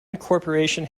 incorporation